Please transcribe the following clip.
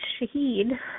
Shahid